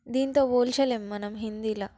దీంతో పోల్చలేం మనం హిందీ